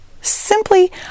simply